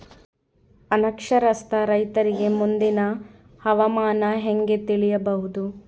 ಅನಕ್ಷರಸ್ಥ ರೈತರಿಗೆ ಮುಂದಿನ ಹವಾಮಾನ ಹೆಂಗೆ ತಿಳಿಯಬಹುದು?